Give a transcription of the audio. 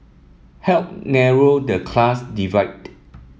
help narrow the class divide